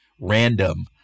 random